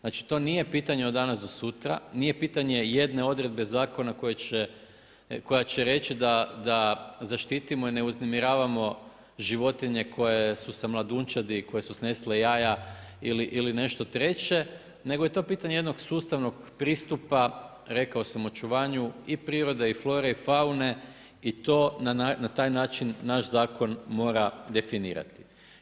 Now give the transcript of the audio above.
Znači, to nije pitanje od danas do sutra, nije pitanje jedne odredbe zakona koja će reći da zaštitimo i ne uznemiravamo životinje koje su sa mladunčadi, koje su snesle jaja, ili nešto treće, nego je to pitanje jednog sustavnog pristupa, rekao sam, očuvanju i prirode i flore i faune i to na taj način, naš zakon mora definirati.